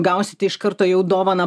gausite iš karto jau dovaną